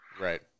Right